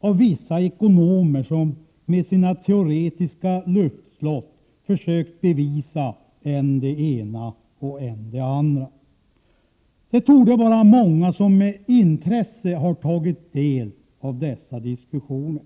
av vissa ekonomer, som med sina teoretiska luftslott har försökt bevisa än det ena och än det andra. Det torde vara många som med intresse har tagit del av dessa diskussioner.